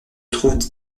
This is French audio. trouve